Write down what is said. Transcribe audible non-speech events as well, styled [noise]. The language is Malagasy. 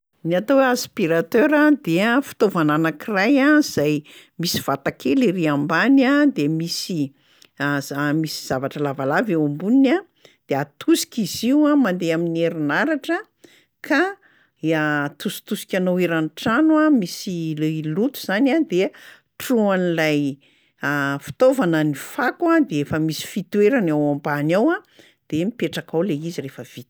Ny atao hoe aspiratera dia fitaovana anankiray zay misy vata kely ery ambany a de misy [hesitation] misy zavatra lavalava eo amboniny a, de atosika izy io a, mandeha amin'ny herinaratra ka [hesitation] atositosikanao eran'ny trano a misy le loto zany a de trohan'lay [hesitation] fitaovana ny fako a de efa misy fitoerany ao ambany ao a, de mipetraka ao le izy rehefa vita.